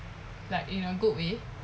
like in a good way